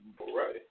right